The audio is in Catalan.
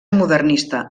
modernista